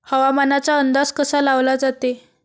हवामानाचा अंदाज कसा लावला जाते?